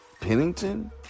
Pennington